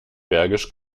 bergisch